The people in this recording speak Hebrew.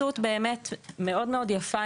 בהתגייסות מאוד יפה,